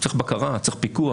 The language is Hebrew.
צריך בקרה, צריך פיקוח.